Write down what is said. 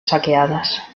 saqueadas